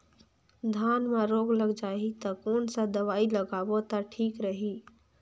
धान म रोग लग जाही ता कोन सा दवाई लगाबो ता ठीक रही?